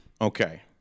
okay